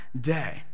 day